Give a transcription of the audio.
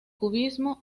cubismo